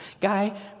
guy